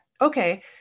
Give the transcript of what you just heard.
okay